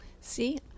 See